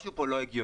משהו פה לא הגיוני.